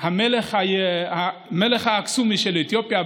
המלך האקסומי של אתיופיה,